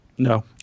No